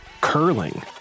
curling